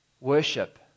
worship